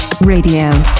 Radio